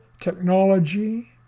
Technology